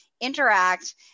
interact